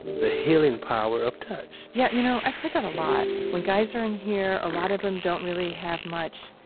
the healing power of touch. yeah, you know, i've heard that a lot. when guys are in here, a lot of them don't really have much,